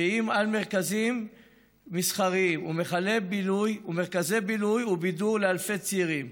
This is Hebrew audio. שאיים על מרכזים מסחריים ומרכזי בילוי ובידור לאלפי צעירים,